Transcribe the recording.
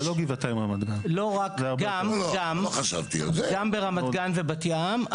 גם ברמת גן ובת-ים,